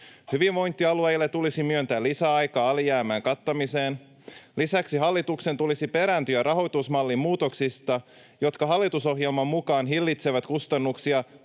Hyvinvointialueille tulisi myöntää lisäaikaa alijäämän kattamiseen. Lisäksi hallituksen tulisi perääntyä rahoitusmallin muutoksista, jotka hallitusohjelman mukaan hillitsevät kustannuksia